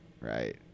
Right